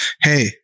hey